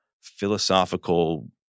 philosophical